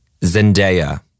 Zendaya